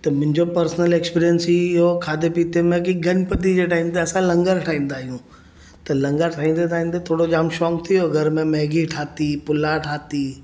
त मुंहिंजो personal experience हीअं हुओ खाधे पीते में की गणपति जे टाइम ते असां लंगर ठाहींदा आहियूं त लंगर ठाहींदे ठाहींदे थोरो जाम शौक़ु थी वियो घर में मैगी ठाही पुलाव ठाही